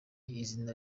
izina